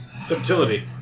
Subtility